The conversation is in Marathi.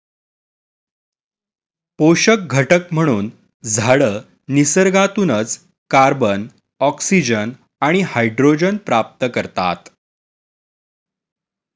पोषक घटक म्हणून झाडं निसर्गातूनच कार्बन, ऑक्सिजन आणि हायड्रोजन प्राप्त करतात